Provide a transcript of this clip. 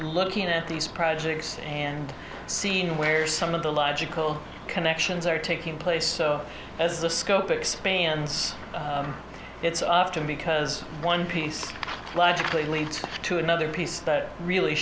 looking at these projects and seeing where some of the logical connections are taking place so as the scope expands it's often because one piece logically leads to another piece that really